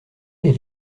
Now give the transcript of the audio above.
elle